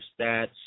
stats